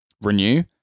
renew